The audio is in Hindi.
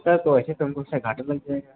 सर तो ऐसे तो हम लोग सर घाटे बनते हैं